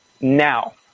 now